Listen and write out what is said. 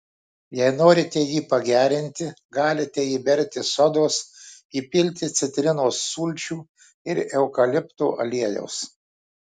jei norite jį pagerinti galite įberti sodos įpilti citrinos sulčių ir eukalipto aliejaus